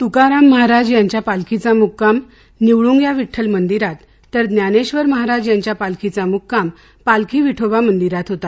त्काराम महाराज यांची पालखी निवड्ग्या विठ्ठल मंदिरात तर ज्ञानेश्वर महाराज यांच्या पालखीचा मुक्काम पालखी विठोबा मंदिरात होता